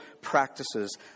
practices